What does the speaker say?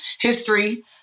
history